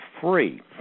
free